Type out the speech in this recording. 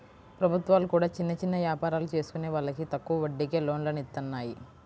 ప్రభుత్వాలు కూడా చిన్న చిన్న యాపారాలు చేసుకునే వాళ్లకి తక్కువ వడ్డీకే లోన్లను ఇత్తన్నాయి